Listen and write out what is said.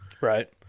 Right